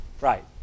Right